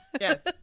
yes